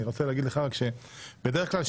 אני רוצה להגיד לך רק שבדרך כלל,